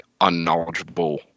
unknowledgeable